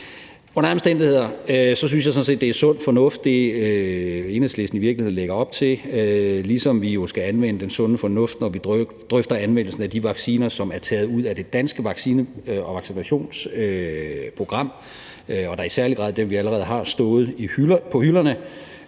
alle omstændigheder synes jeg sådan set, at det, Enhedslisten lægger op til, er sund fornuft, ligesom vi jo skal anvende den sunde fornuft, når vi drøfter anvendelsen af de vacciner, som er taget ud af det danske vaccinationsprogram, og da i særlig grad dem, vi allerede har stående på hylderne.